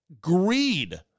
greed